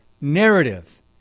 narrative